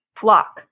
flock